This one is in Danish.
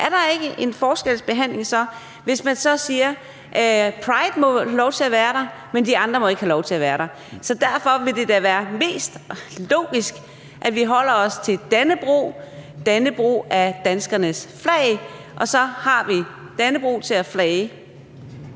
Er der ikke en forskelsbehandling, hvis man så siger, at prideflaget må have lov til at være der, men at de andre ikke må have lov til at være der? Derfor vil det da være mest logisk, at vi holder os til Dannebrog. Dannebrog er danskernes flag; vi har Dannebrog til at flage